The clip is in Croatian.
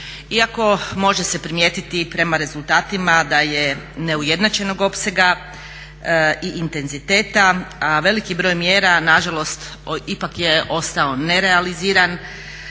Iako može se primijetiti prema rezultatima da je neujednačenog opsega i intenziteta, a veliki broj mjera na žalost ipak je ostao nerealiziran